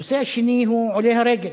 הנושא השני הוא עולי הרגל.